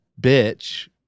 bitch